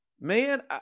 man